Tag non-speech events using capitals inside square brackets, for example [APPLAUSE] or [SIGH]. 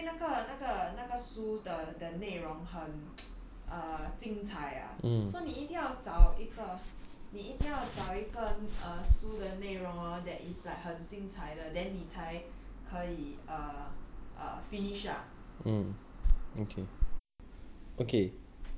我觉得 not very difficult leh 我因为那个那个那个书 the 的内容很 [NOISE] err 精彩 ah so 你一定要找一个你一定要找一个 uh 书的内容 orh that is like 很精彩的 then 你才可以 err uh finish lah